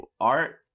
art